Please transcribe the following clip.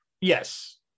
Yes